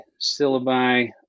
syllabi